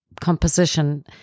composition